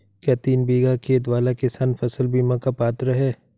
क्या तीन बीघा खेत वाला किसान फसल बीमा का पात्र हैं?